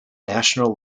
national